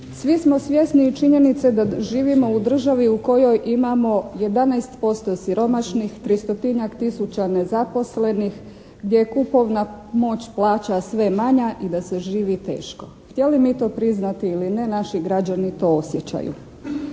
Svi smo svjesni i činjenice da živimo u državi u kojoj imamo 11% siromašnih, 300-tinjak tisuća nezaposlenih, gdje je kupovna moć plaća sve manja i da se živi teško. Htjeli mi to priznati ili ne, naši građani to osjećaju.